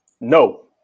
No